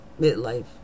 Midlife